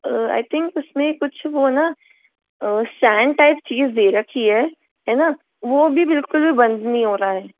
आई think उसमें कुछ वह ना स्टैंड टाइप चीज़ दे रखी है है न वह भी बिल्कुल भी बंद नहीं हो रहा है